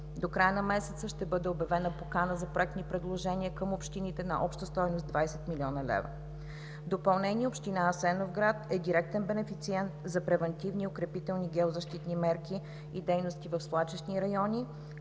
До края на месеца ще бъде обявена покана за проектни предложения към общините на обща стойност 20 млн. лв. В допълнение община Асеновград е директен бенефициент за превантивни и укрепителни геозащитни мерки и дейности в свлачищни райони,